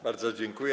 Bardzo dziękuję.